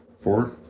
four